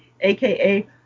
aka